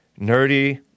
nerdy